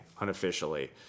unofficially